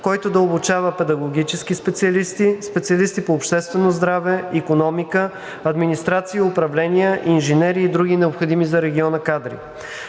който да обучава педагогически специалисти, специалисти по обществено здраве, икономика, администрация и управление, инженери и други необходими за региона кадри.